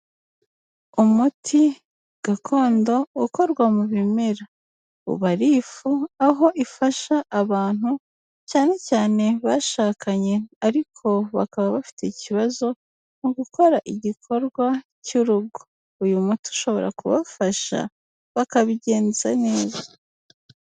Umuti gakondo ukorwa mu bimera, uba ari ifu, aho ifasha abantu cyane cyane bashakanye ariko bakaba bafite ikibazo mu gukora igikorwa cy'urugo, uyu muti ushobora kubafasha bakabigenza neza.